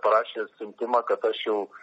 parašė siuntimą kad aš tau